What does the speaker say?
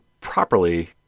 properly